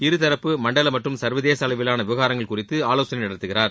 இருதரப்பு மண்டல மற்றும் சர்வதேச அளவிலான விவகாரங்கள் குறித்து ஆலோசனை நடத்துகிறார்